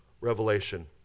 revelation